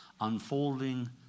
unfolding